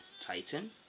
Titan